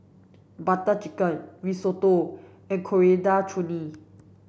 Butter Chicken Risotto and Coriander Chutney